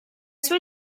suoi